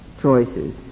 choices